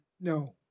No